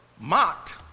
mocked